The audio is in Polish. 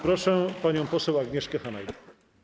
Proszę panią poseł Agnieszkę Hanajczyk.